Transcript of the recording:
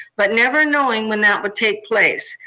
but never knowing when that would take place.